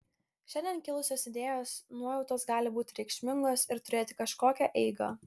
šiandien kilusios idėjos nuojautos gali būti reikšmingos ir turėti kažkokią eigą